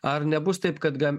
ar nebus taip kad gam